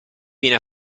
viene